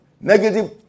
Negative